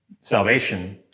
salvation